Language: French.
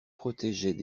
protégeaient